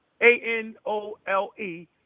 A-N-O-L-E